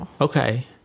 okay